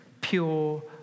pure